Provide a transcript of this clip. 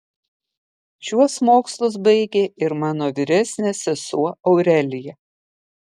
šiuos mokslus baigė ir mano vyresnė sesuo aurelija